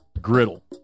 Griddle